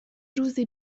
روزی